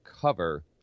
cover